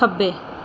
ਖੱਬੇ